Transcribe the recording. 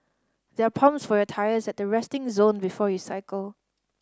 there are pumps for your tyres at the resting zone before you cycle